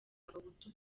abahutu